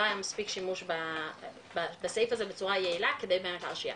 לא היה מספיק שימוש בסעיף הזה בצורה יעילה כדי באמת להרשיע,